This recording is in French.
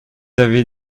avez